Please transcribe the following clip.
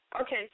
Okay